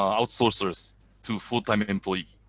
outsourcers to full time employee.